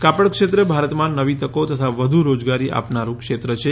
કાપડ ક્ષેત્ર ભારતમાં નવી તકો તથા વધુ રોજગારી આપનાડું ક્ષેત્ર છે